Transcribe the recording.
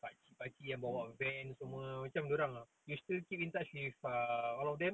pakcik-pakcik yang bawa van ni semua amacam dia orang ah you still keep in touch with err all of them